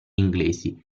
inglesi